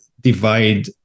divide